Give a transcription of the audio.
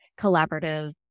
collaborative